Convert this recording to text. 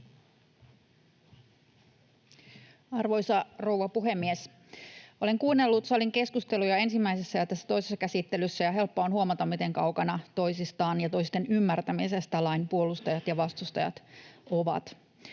Arvoisa rouva puhemies! Olen kuunnellut salin keskusteluja ensimmäisessä ja tässä toisessa käsittelyssä, ja helppoa on huomata, miten kaukana toisistaan ja toisten ymmärtämisestä lain puolustajat ja vastustajat ovat.